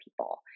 people